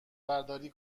برداری